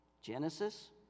Genesis